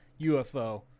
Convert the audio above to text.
UFO